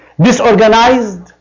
disorganized